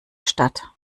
stadt